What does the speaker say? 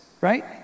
right